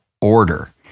order